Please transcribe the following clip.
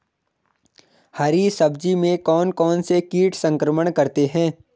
हरी सब्जी में कौन कौन से कीट संक्रमण करते हैं?